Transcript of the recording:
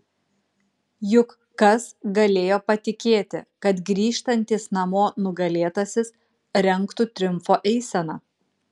juk kas galėjo patikėti kad grįžtantis namo nugalėtasis rengtų triumfo eiseną